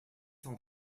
cent